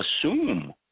assume